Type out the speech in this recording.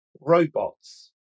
robots